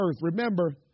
Remember